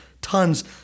tons